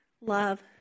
love